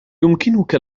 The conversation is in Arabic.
يمكنك